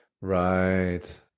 Right